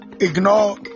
ignore